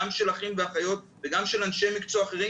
גם של אחים ואחיות וגם של אנשי מקצוע אחרים,